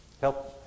help